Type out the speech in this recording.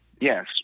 Yes